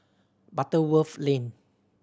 Butterworth Lane